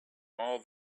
all